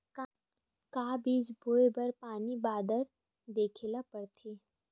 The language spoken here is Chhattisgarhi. का बीज बोय बर पानी बादल देखेला पड़थे?